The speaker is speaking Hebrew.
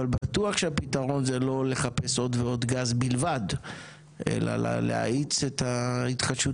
בטוח שהפתרון זה לא לחפש עוד ועוד גז בלבד אלא להאיץ את ההתחדשות